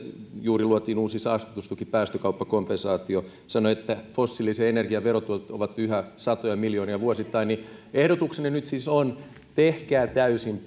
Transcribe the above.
juuri luotiin uusi saastutustuki päästökauppakompensaatio sanoin että fossiilisen energian verotuotot ovat yhä satoja miljoonia vuosittain ehdotukseni nyt siis on tehkää täysin